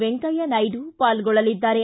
ವೆಂಕಯ್ತ ನಾಯ್ಡು ಪಾಲ್ಗೊಳ್ಳಲಿದ್ದಾರೆ